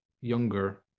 younger